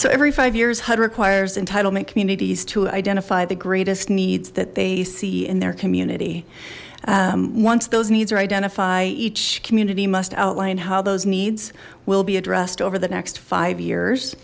so every five years hud requires entitlement communities to identify the greatest needs that they see in their community once those needs are identify each community must outline how those needs will be addressed over the next